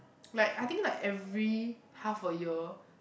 like I think like every half a year